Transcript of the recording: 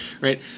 right